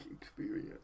experience